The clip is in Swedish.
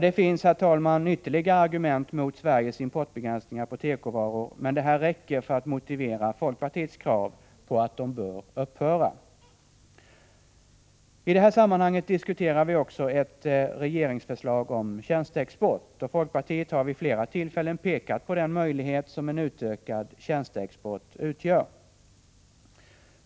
Det finns, herr talman, ytterligare argument mot Sveriges importbegränsningar när det gäller tekovaror, men de jag anfört räcker för att motivera folkpartiets krav på att begränsningarna skall upphöra. I det här sammanhanget diskuterar vi också ett regeringsförslag om tjänsteexport. Folkpartiet har vid flera tillfällen pekat på möjligheten av en utökad tjänsteexport.